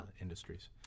industries